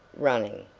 running